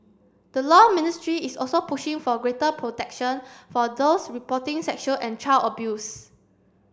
the law ministry is also pushing for greater protection for those reporting sexual and child abuse